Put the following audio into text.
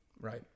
Right